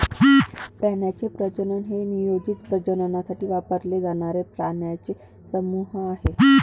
प्राण्यांचे प्रजनन हे नियोजित प्रजननासाठी वापरले जाणारे प्राण्यांचे समूह आहे